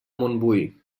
montbui